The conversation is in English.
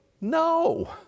No